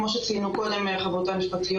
כמו שציינו קודם חברותיי,